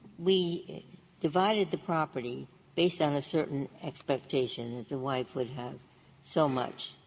we divided the property based on a certain expectation that the wife would have so much,